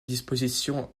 disposition